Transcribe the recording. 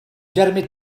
jeremy